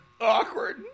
Awkward